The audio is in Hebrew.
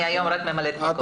אני היום רק ממלאת מקום.